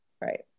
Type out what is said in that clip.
right